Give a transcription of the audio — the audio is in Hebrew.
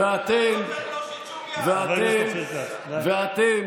ואתם,